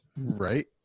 Right